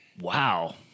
Wow